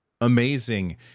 amazing